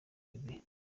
bibiri